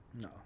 No